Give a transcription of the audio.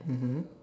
mmhmm